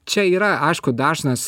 čia yra aišku dažnas